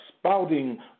spouting